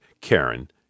Karen